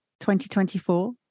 2024